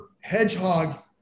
hedgehog